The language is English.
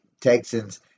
Texans